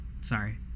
sorry